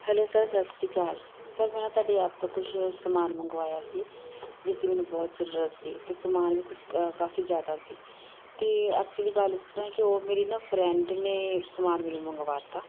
hello sir ਸਤਿ ਸ਼੍ਰੀ ਅਕਾਲ ਸਰ ਮੈਂ ਨਾ ਤੁਹਾਡੀ ਐਪ ਤੋਂ ਕੁਛ ਸਮਾਨ ਮੰਗਵਾਇਆ ਸੀ ਜਿਸ ਦੀ ਮੈਨੂੰ ਬਹੁਤ ਜ਼ਰੂਰਤ ਸੀ ਅਤੇ ਸਮਾਨ ਵੀ ਕੁਛ ਕਾਫ਼ੀ ਜ਼ਿਆਦਾ ਸੀ ਅਤੇ ਐਕਚੁਲੀ ਗੱਲ ਇਸ ਤਰ੍ਹਾਂ ਕਿ ਉਹ ਮੇਰੀ ਨਾ ਫਰੈਂਡ ਨੇ ਸਮਾਨ ਮੈਨੂੰ ਮੰਗਵਾ ਤਾ